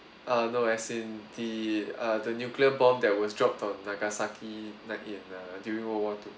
ah no as in the uh the nuclear bomb that was dropped on nagasaki like in uh during world war two